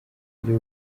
ryo